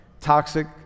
toxic